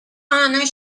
honor